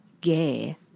gay